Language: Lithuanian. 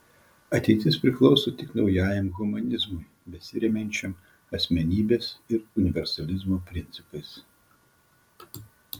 ateitis priklauso tik naujajam humanizmui besiremiančiam asmenybės ir universalizmo principais